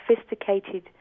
sophisticated